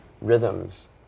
rhythms